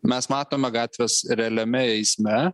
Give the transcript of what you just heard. mes matome gatvės realiame eisme